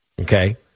okay